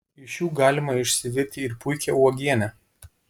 iš jų galima išsivirti ir puikią uogienę